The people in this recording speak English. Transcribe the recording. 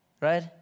right